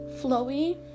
flowy